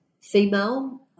Female